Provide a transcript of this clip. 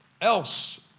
else